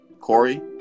Corey